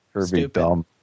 Stupid